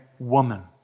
woman